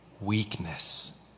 weakness